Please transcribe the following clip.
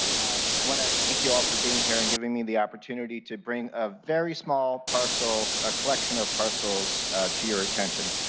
want to thank you all for being here and giving me the opportunity to bring a very small parcel, ah collection of partials to your attention.